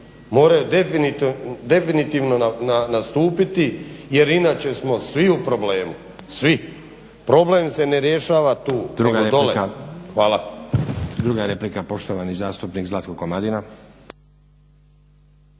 moraju definitivno nastupiti jer inače smo svi u problemu. Svi. Problem se ne rješava tu nego dole. Hvala. **Stazić, Nenad (SDP)** Druga replika, poštovani zastupnik Zlatko Komadina.